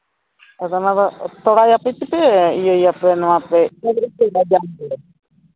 ᱟᱫᱚ ᱚᱱᱟᱫᱚ ᱛᱚᱲᱟᱭᱟᱯᱮ ᱥᱮᱯᱮ ᱤᱭᱟᱹᱭᱟᱯᱮ ᱱᱚᱣᱟᱯᱮ ᱠᱷᱮᱛ ᱨᱮᱯᱮ ᱪᱟᱥᱟ